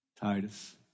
Titus